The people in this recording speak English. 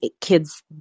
kids